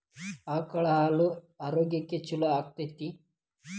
ಆಕಳ ಹಾಲು ಆರೋಗ್ಯಕ್ಕೆ ಛಲೋ ಆಕ್ಕೆತಿ?